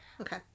Okay